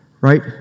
right